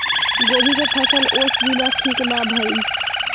गोभी के फसल ओस बिना ठीक ना भइल